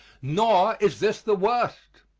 nor is this the worst.